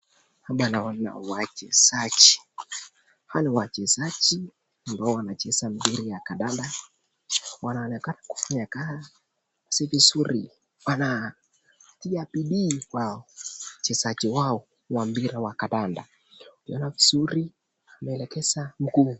Hapa naona wachezaji, hawa ni wachezaji ambao wanacheza mpira ya kandanda, wanaonekana wanavyokaa si vizuri, wanatia bidii kwa uchezaji wao wa mpira wa kandanda, ukiona vizuri, wameelekeza miguu...